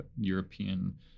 European